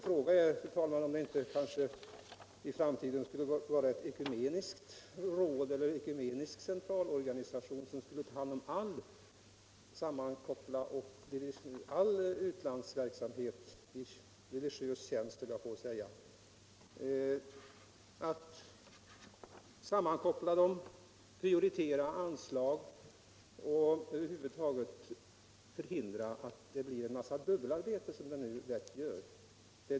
Fråga är om det inte i framtiden borde vara en ekumenisk centralorganisation, som kunde ta hand om all religiös verksamhet utomlands, sammankoppla, prioritera anslag och över huvud taget förhindra dubbelarbete som nu lätt blir fallet.